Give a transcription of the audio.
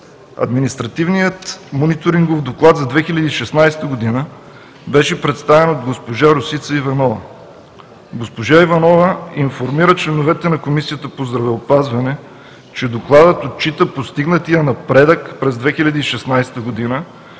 Административният мониторингов доклад за 2016 г. беше представен от госпожа Росица Иванова. Госпожа Иванова информира членовете на Комисията по здравеопазване, че Докладът отчита постигнатия напредък през 2016 г.